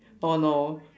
oh no